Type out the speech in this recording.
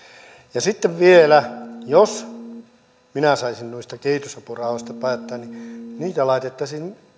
ja sitten vielä jos minä saisin noista kehitysrahoista päättää niin niitä laitettaisiin